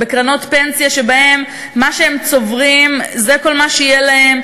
הם בקרנות פנסיה שבהן מה שהם צוברים זה כל מה שיהיה להם,